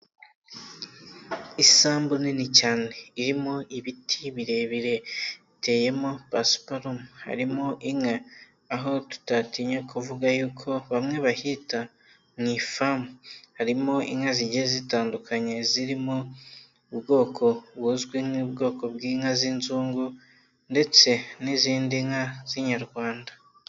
Isambu nini cyane irimo ibiti birebire biteyemo pasaparume harimo inka, aho tutatinya kuvuga yuko bamwe bahita mu ifamu, harimo inka zigiye zitandukanye zirimo ubwoko buzwi nk'ubwoko bw'inka z'inzungu, ndetse n'izindi nka z'inyarwanda.